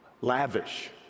lavish